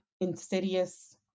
insidious